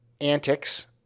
Antics